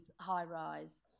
high-rise